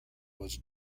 was